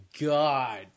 God